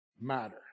matter